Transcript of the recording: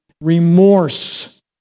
remorse